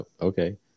okay